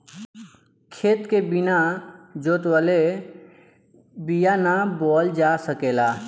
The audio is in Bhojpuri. खेत के बिना जोतवले बिया ना बोअल जा सकेला